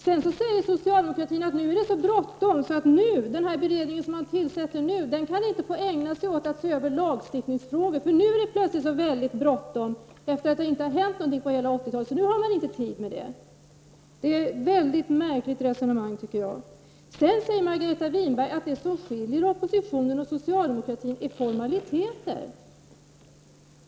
Sedan säger socialdemokratin att det nu är så bråttom att den beredning som man nu tillsätter inte har tid att ägna sig åt att se över lagstiftningsfrågor — detta efter att det inte har hänt någonting under hela 80-talet. Det är ett mycket märkligt resonemang. Margareta Winberg säger vidare att det som skiljer oppositionen och socialdemokratin åt är formaliteter.